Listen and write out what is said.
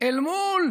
אל מול